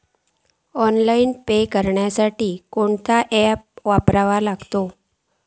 Online pay करूचा साठी कसलो ऍप वापरूचो?